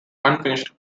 unfinished